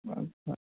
अच्छा